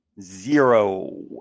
Zero